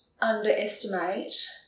underestimate